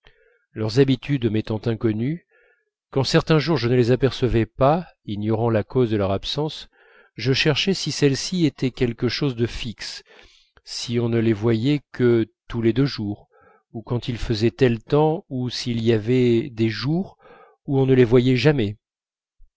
leurs habitudes m'étant inconnues quand certains jours je ne les apercevais pas ignorant la cause de leur absence je cherchais si celle-ci était quelque chose de fixe si on ne les voyait que tous les deux jours ou quand il faisait tel temps ou s'il y avait des jours où on ne les voyait jamais